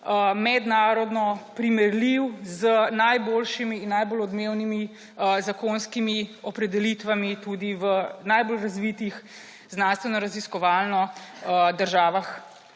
mednarodno primerljiv z najboljšimi in najbolj odmevnimi zakonskimi opredelitvami v najbolj razvitih znanstvenoraziskovalnih državah